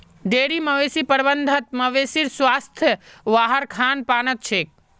dairy मवेशी प्रबंधत मवेशीर स्वास्थ वहार खान पानत छेक